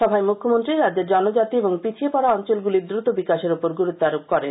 সভায় মুখ্যমন্ত্রী রাজ্যের জনজাতি এবং পিছিয়ে পডা অঞ্চলগুলির দ্রুত বিকাশের উপর গুরুত্ব আরোপ করেন